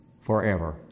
forever